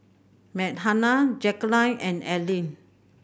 Meghann Jackeline and Aleen